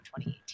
2018